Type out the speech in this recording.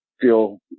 feel